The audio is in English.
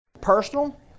Personal